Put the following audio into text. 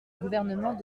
gouvernement